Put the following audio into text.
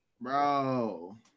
bro